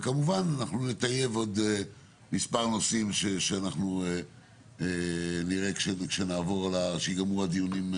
וכמובן אנחנו נטייב עוד מספר נושאים שאנחנו נראה כשייגמרו הדיונים,